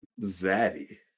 Zaddy